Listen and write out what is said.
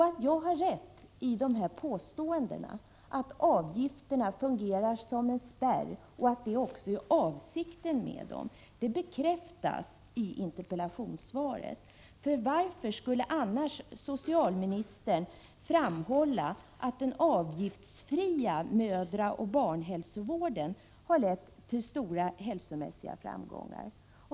Att jag har rätt i påståendena att avgifterna fungerar som en spärr och att detta också är avsikten med dem bekräftas i interpellationssvaret. Varför skulle annars socialministern framhålla att den avgiftsfria mödraoch barnhälsovården har lett till stora hälsomässiga framgångar?